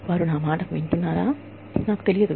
వారు నా మాట వింటున్నారో లేదో నాకు తెలియదు